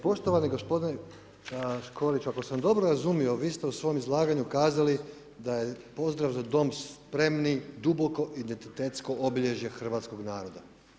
Poštovani g. Škorić, ako sam dobro razumio vi ste u svom izlaganju kazali da je pozdrav „Za dom spremni“ duboko identitetsko obilježe hrvatskog naroda.